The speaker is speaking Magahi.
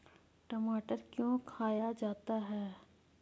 टमाटर क्यों खाया जाता है?